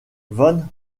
van